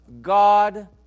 God